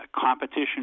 competition